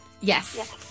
Yes